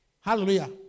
Hallelujah